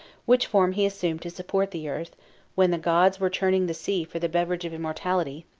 which form he assumed to support the earth when the gods were churning the sea for the beverage of immortality,